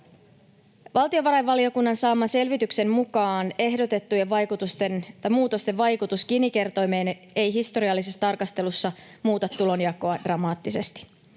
Valtiovarainvaliokunnan saaman selvityksen mukaan ehdotettujen muutosten vaikutus Gini-kertoimeen ei historiallisessa tarkastelussa muuta tulonjakoa dramaattisesti.